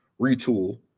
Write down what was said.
retool